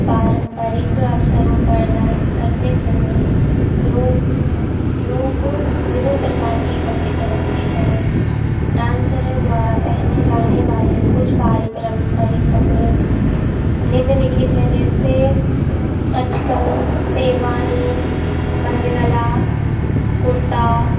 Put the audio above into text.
पारंपरिक अवसरों पर डांस करते समय लोग स लोग विभिन्न प्रकार के कपड़े पहनते हैं डांसरों द्वारा पहने जाने वाले कुछ पारंपरिक कपड़े निम्नलिखित हैं जैसे अचकन शेरवानी बंद गला कुर्ता